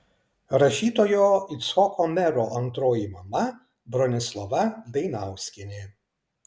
rašytojo icchoko mero antroji mama bronislava dainauskienė